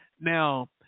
now